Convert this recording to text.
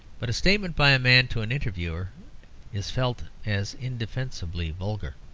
but a statement by a man to an interviewer is felt as indefensibly vulgar.